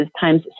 times